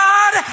God